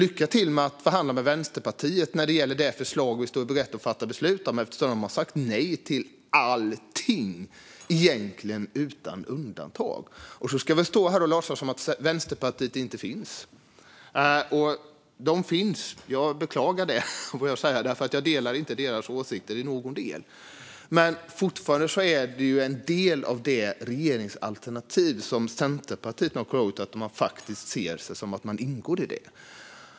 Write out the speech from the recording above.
Lycka till med att förhandla med Vänsterpartiet när det gäller det förslag som vi står i begrepp att fatta beslut om, eftersom de har sagt nej till allting - egentligen utan undantag! Ska vi stå här och låtsas som att Vänsterpartiet inte finns? Det finns, och jag beklagar det, för jag delar inte Vänsterpartiets åsikter i någon del. Men fortfarande är Vänsterpartiet en del av det regeringsalternativ som Centerpartiet nu har klargjort att man faktiskt ser sig ingå i.